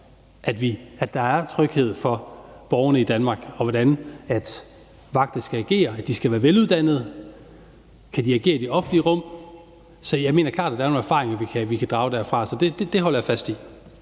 at der er tryghed for borgerne i Danmark, hvordan vagter skal agere, at de skal være veluddannet, og om de kan agere i det offentlige rum. Jeg mener klart, at der er nogle erfaringer, vi kan drage derfra, så det holder jeg fast i.